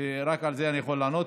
ורק על זה אני יכול לענות,